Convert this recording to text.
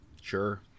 Sure